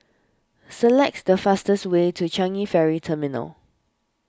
select the fastest way to Changi Ferry Terminal